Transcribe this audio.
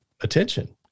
attention